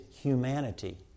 humanity